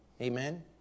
Amen